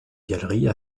galeries